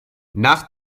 nach